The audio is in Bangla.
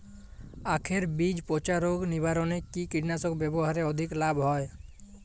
আঁখের বীজ পচা রোগ নিবারণে কি কীটনাশক ব্যবহারে অধিক লাভ হয়?